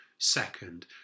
Second